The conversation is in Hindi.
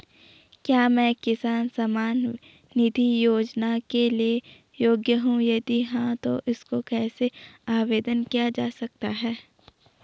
क्या मैं किसान सम्मान निधि योजना के लिए योग्य हूँ यदि हाँ तो इसको कैसे आवेदन किया जा सकता है?